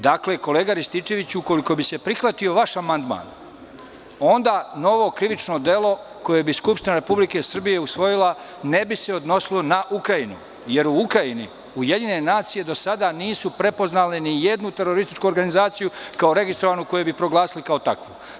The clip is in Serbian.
Dakle, kolega Rističeviću, ukoliko bi se prihvatio vaš amandman, onda novo krivično delo koje bi Skupština Republike Srbije usvojila ne bi se odnosilo na Ukrajinu, jer u Ukrajini UN do sada nisu prepoznale ni jednu terorističku organizaciju kao registrovanu, koju bi proglasili kao takvu.